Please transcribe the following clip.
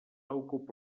ocupa